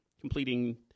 completing